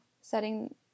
setting